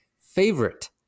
favorite